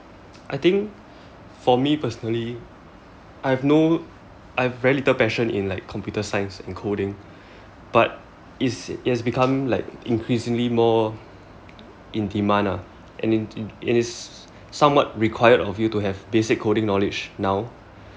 I think for me personally I have no I have very little passion in like computer science and coding but it is it has become like increasingly more in demand lah and it it is somewhat required of you to have basic coding knowledge now